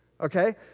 Okay